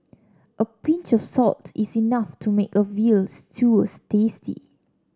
a pinch of salt is enough to make a veal stews tasty